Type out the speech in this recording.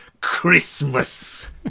Christmas